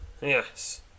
Yes